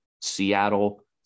Seattle